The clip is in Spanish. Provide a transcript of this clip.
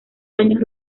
años